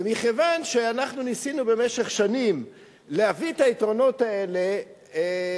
ומכיוון שאנחנו ניסינו במשך שנים להביא את היתרונות האלה